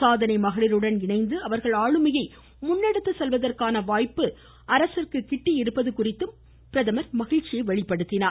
சாதனை மகளிருடன் இணைந்து அவர்கள் ஆளுமையை முன்னெடுத்துச்செல்வதற்கான வாய்ப்பு அரசிற்கு கிட்டியிருப்பது குறித்து மகிழ்ச்சி தெரிவித்தார்